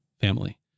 family